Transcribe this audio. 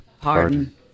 pardon